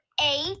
eight